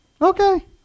Okay